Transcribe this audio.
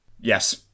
Yes